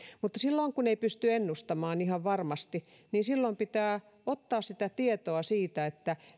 mutta silloin kun ei pysty ennustamaan ihan varmasti pitää ottaa tietoa siitä